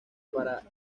para